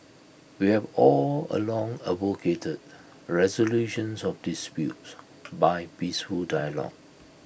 we have all along advocated resolutions of disputes by peaceful dialogue